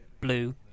blue